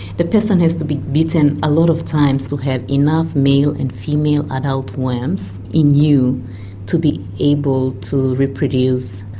the person has to be bitten a lot of times to have enough male and female adult worms in you to be able to reproduce.